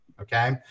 Okay